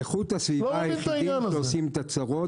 איכות הסביבה הם היחידים שעושים את הצרות.